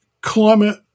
Climate